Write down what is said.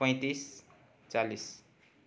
पैँतिस चालिस